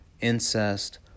incest